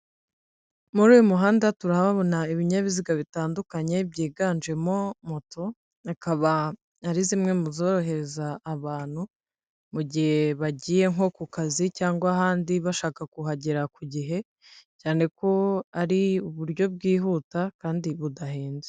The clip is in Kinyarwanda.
Muri uyu muhanda turahabona ibinyabiziga bitandukanye byiganjemo moto, akaba ari zimwe muzohereza abantu mu gihe bagiye nko ku kazi cyangwa ahandi bashaka kuhagera ku gihe cyane ko ari uburyo bwihuta kandi budahenze.